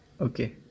okay